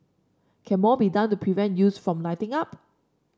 can more be done to prevent youths from lighting up